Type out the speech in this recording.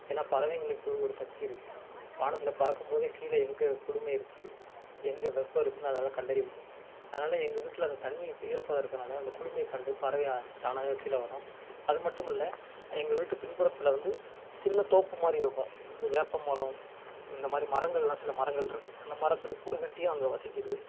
ஏன்னால் பறவைங்களுக்கு ஒரு சக்திருக்குது வானத்தில் பறக்கும் போது கீழே எங்கே குளுமை இருக்குது எங்கள் வெப்பம் இருக்குதுன்னு அதால் கண்டறிய முடியும் அதனால் எங்கள் வீட்டில் அந்த தண்ணி ஈரப்பதம் இருக்குறதுனால அந்த குளுமையை கண்டு பறவைகள் தானாவே கீழே வரும் அது மட்டும் இல்லை எங்கள் வீட்டு பின்புறத்தில் வந்து சின்ன தோப்பு மாதிரி இருக்கும் வேப்ப மரம் இந்த மாதிரி மரங்கள்லாம் சில மரங்கள்ருக்குது அந்த மரத்தில் கூடு கட்டியும் அங்கே வசிக்குது